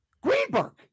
Greenberg